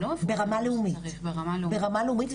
אנחנו דיברנו על נשים